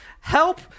help